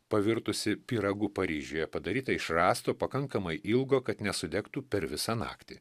pavirtusi pyragu paryžiuje padaryta iš rąsto pakankamai ilgo kad nesudegtų per visą naktį